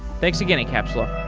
thanks again, encapsula.